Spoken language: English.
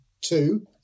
two